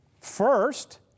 First